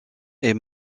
est